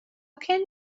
can